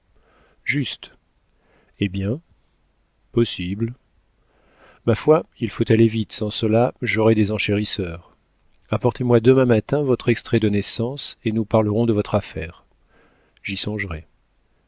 juste eh bien possible ma foi il faut aller vite sans cela j'aurai des enchérisseurs apportez-moi demain matin votre extrait de naissance et nous parlerons de votre affaire j'y songerai